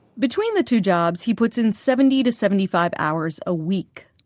between the two jobs, he puts in seventy to seventy five hours a week.